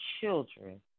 children